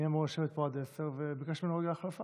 אני אמור לשבת פה עד 22:00, וביקשנו רגע החלפה.